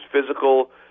physical